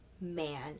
man